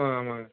ஆ ஆமாங்க